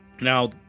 Now